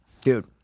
dude